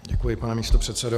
Děkuji, pane místopředsedo.